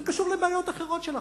זה קשור לבעיות אחרות שלכם.